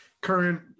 current